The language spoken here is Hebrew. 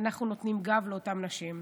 אנחנו נותנים גב לאותן נשים.